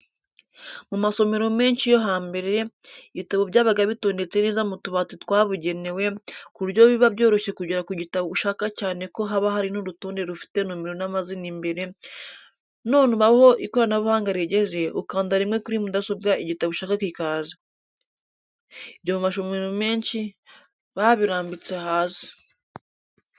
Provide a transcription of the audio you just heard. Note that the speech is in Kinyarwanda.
Mu masomero menshi yo hambere, ibitabo byabaga bitondetse neza mu tubati twabugenewe, ku buryo biba byoroshye kugera ku gitabo ushaka cyane ko habaga hari n'urutonde rufite nomero n'amazina imbere, none ubu aho ikorabuhanga rigeze, ukanda rimwe kuri mudasobwa igitabo ushaka kikaza. Ibyo mu masomero byinshi babirambitse hasi.